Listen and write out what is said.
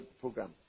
program